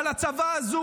אבל הצבא הזה,